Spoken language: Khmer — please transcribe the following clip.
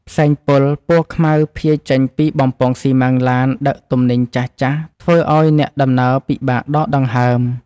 ផ្សែងពុលពណ៌ខ្មៅភាយចេញពីបំពង់ស៊ីម៉ាំងឡានដឹកទំនិញចាស់ៗធ្វើឱ្យអ្នកដំណើរពិបាកដកដង្ហើម។